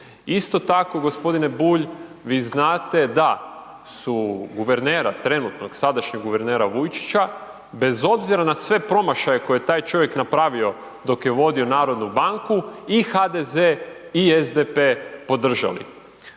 Isto tako g. Bulj vi znate da su guvernera trenutnog, sadašnjeg guvernera Vujčića, bez obzira na sve promašaje koje je taj čovjek napravio dok je vodio Narodnu banku, i HDZ i SDP podržali.